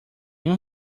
you